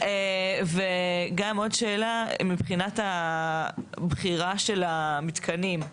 וגם עוד שאלה, מבחינת הבחירה של המתקנים.